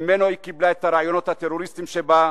שממנו היא קיבלה את הרעיונות הטרוריסטיים שבה,